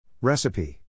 Recipe